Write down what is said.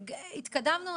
התקדמנו.